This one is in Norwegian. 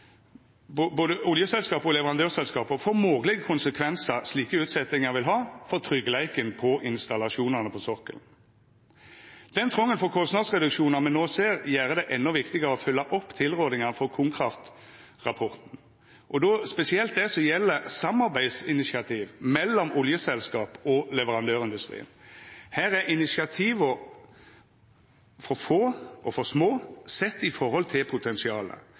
i både oljeselskapa og leverandørselskapa for moglege konsekvensar slike utsetjingar vil ha for tryggleiken på installasjonane på sokkelen. Den trongen for kostnadsreduksjonar me no ser, gjer det endå viktigare å følgja opp tilrådingane frå KonKraft-rapporten, og då spesielt det som gjeld samarbeidsinitiativ mellom oljeselskap og leverandørindustrien. Her er initiativa for få og for små sett i høve til potensialet.